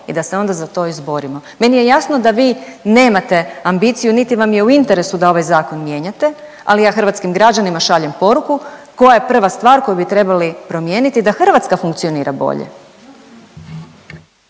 i da se onda za to izborimo. Meni je jasno da vi nemate ambiciju niti vam je u interesu da ovaj Zakon mijenjate, ali ja hrvatskim građanima šaljem poruku koja je prva stvar koju bi trebali promijeniti da Hrvatska funkcionira bolje.